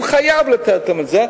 הוא חייב לתת להם את זה,